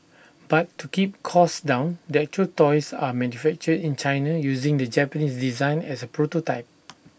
but to keep costs down the actual toys are manufactured in China using the Japanese design as A prototype